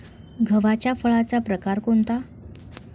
गव्हाच्या फळाचा प्रकार कोणता?